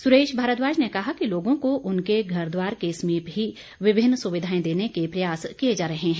सुरेश भारद्वाज ने कहा कि लोगों को उनके घर द्वार के समीप ही विभिन्न सुविधाएं देने के प्रयास किए जा रहे हैं